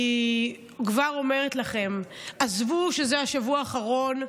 אני כבר אומרת לכם: עזבו שזה השבוע האחרון,